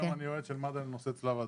היום אני עובד של מד"א בנושאי צלב אדום.